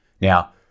Now